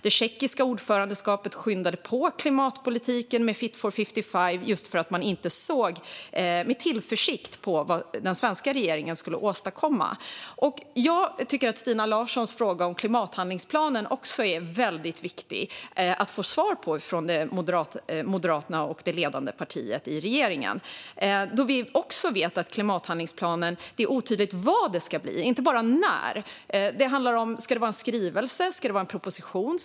Det tjeckiska ordförandeskapet skyndade på klimatpolitiken med Fit for 55 just för att man inte såg med tillförsikt på vad den svenska regeringen skulle åstadkomma. Jag tycker att Stina Larssons fråga om klimathandlingsplanen också är väldigt viktig att få svar på från Moderaterna och det ledande partiet i regeringen. Vi vet att det är otydligt vad klimathandlingsplanen kommer att vara och inte bara när den ska komma. Ska det vara en skrivelse? Ska det vara en proposition?